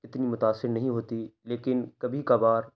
اتنی متأثر نہیں ہوتی لیکن کبھی کبھار